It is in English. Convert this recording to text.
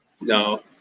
No